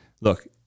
Look